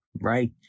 right